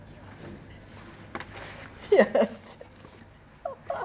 yes